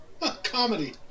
Comedy